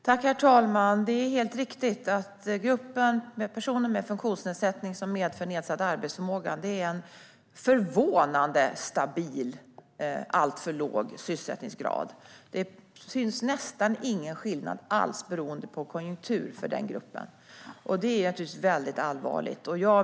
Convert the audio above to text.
Herr talman! Det är helt riktigt att gruppen personer med funktionsnedsättning som medför nedsatt arbetsförmåga har en förvånande stabil alltför låg sysselsättningsgrad. Det syns nästan ingen skillnad alls beroende på konjunktur för den gruppen. Det är naturligtvis väldigt allvarligt.